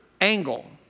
angle